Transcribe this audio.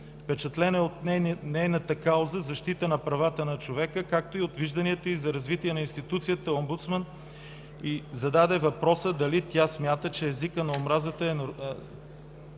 Впечатлен е от нейната кауза – „Защита на правата на човека”, както и от вижданията й за развитие на институцията Омбудсман, и зададе въпроса: дали езикът на омразата е